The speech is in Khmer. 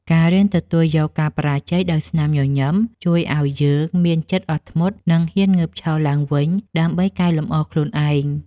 ការរៀនទទួលយកការបរាជ័យដោយស្នាមញញឹមជួយឱ្យយើងមានចិត្តអត់ធ្មត់ និងហ៊ានងើបឈរឡើងវិញដើម្បីកែលម្អខ្លួនឯង។